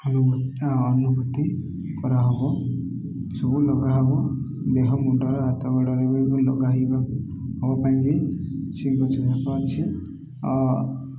ଅନୁଭ ଅନୁଭୂତି କରାହବ ସବୁ ଲଗା ହବ ଦେହ ମୁଣ୍ଡରେ ହାତଗୋଡ଼ରେ ବି ଲଗାହବା ହବା ପାଇଁ ବି ସେଇ ଗଛ ଯାକ ଅଛି